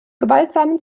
gewaltsamen